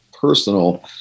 personal